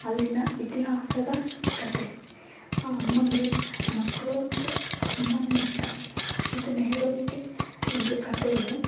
ಅಲ್ಲಿನ ಇತಿಹಾಸದ ಕಥೆ ಆ ಅಮ್ಮನಿಗೆ ಮಕ್ಕಳು ಅಂದರೆ ತುಂಬಾ ಇಷ್ಟ ಇದನ್ನ ಹೇಳೋದಕ್ಕೆ ಒಂದು ಕಥೆ ಇದೆ